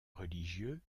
religieux